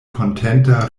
kontenta